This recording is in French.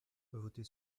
voter